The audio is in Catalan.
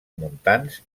muntants